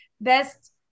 best